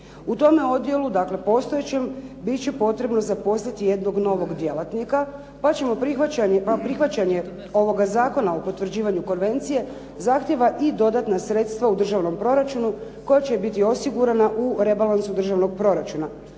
U tome odjelu, dakle postojećem bit će potrebno zaposliti jednog djelatnika, pa prihvaćanje ovoga Zakona o potvrđivanju konvencije, zahtjeva i dodatna sredstva u državnom proračunu koja će biti osigurana u rebalansu državnog proračuna.